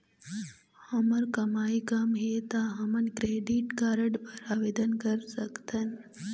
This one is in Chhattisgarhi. हमर कमाई कम हे ता हमन क्रेडिट कारड बर आवेदन कर सकथन?